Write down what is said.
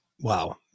Wow